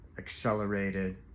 accelerated